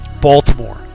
Baltimore